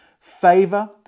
favor